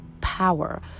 power